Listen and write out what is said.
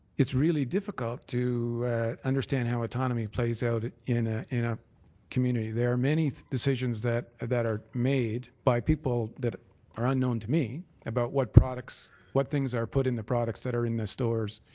it's really difficult to understand how autonomy plays out in ah in a community. there are many decisions that ah that are made by people that are unknown to me about what products what things are put in the products that are in their stores.